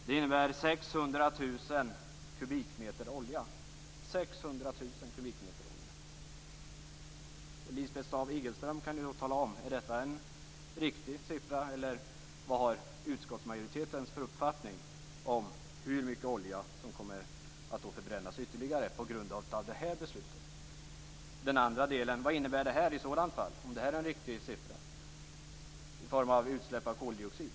Det innebär Lisbeth Staaf-Igelström kan då tala om ifall detta är en riktig siffra eller om utskottsmajoriteten har en annan uppfattning om hur mycket olja som ytterligare kommer att förbrännas på grund av det här beslutet. En annan fråga är: Om det här är en riktig siffra, vad innebär det i så fall i form av utsläpp av koldioxid?